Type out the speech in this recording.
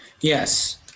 Yes